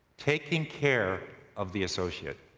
taking care of the associate.